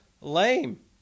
lame